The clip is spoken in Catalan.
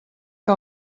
que